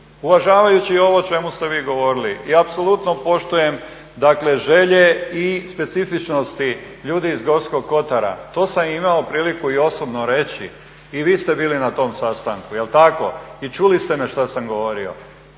Uvažavajući ovo o čemu ste vi govorili i apsolutno poštujem, dakle želje i specifičnosti ljudi iz Gorskog kotara. To sam imao priliku i osobno reći. I vi ste bili na tom sastanku, jel' tako i čuli ste me što sam govorio.